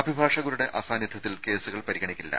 അഭിഭാഷകരുടെ അസാന്നിധ്യത്തിൽ കേസുകൾ പരിഗണിക്കില്ല